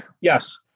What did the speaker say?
Yes